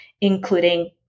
including